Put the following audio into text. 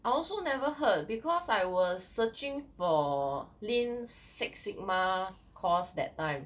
I also never heard because I was searching for lean six sigma course that time